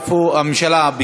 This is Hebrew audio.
איפה הממשלה?